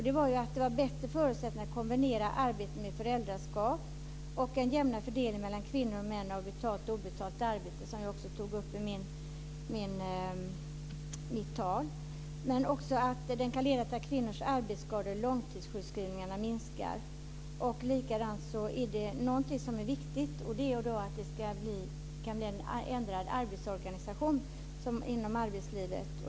Det var bättre förutsättningar att kombinera arbete med föräldraskap, en jämnare fördelning mellan kvinnor och män och obetalt och betalt arbete, som jag också tog upp i mitt anförande, men också att kvinnors arbetsskador och långtidssjukskrivningar minskar. Någonting som är viktigt är att det kan bli en ändrad arbetsorganisation inom arbetslivet.